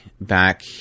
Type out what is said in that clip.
back